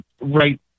right